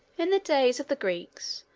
in the days of the greeks,